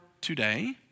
today